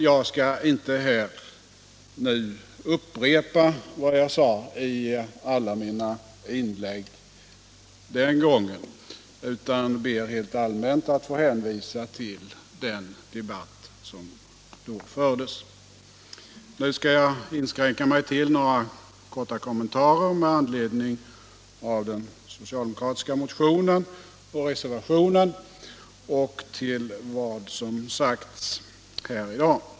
Jag skall inte här upprepa vad jag sade i alla mina inlägg den gången utan ber helt allmänt att få hänvisa till den debatt som då fördes. Nu skall jag inskränka mig till några korta kommentarer med anledning av den socialdemokratiska motionen och reservationen och vad som sagts i dag.